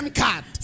card